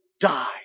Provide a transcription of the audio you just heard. die